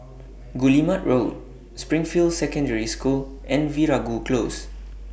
Guillemard Road Springfield Secondary School and Veeragoo Close